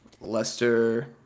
Lester